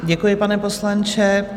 Děkuji, pane poslanče.